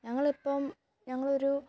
ഞങ്ങള് ഇപ്പോള് ഞങ്ങളൊരു